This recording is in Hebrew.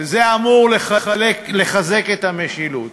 שזה אמור לחזק את המשילות.